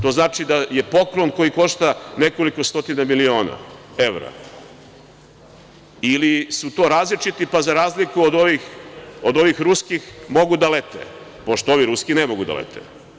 To znači da je poklon koji košta nekoliko stotina miliona evra ili su to različiti, pa za razliku od ovih ruskih mogu da lete, pošto ovi ruski ne mogu da lete.